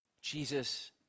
Jesus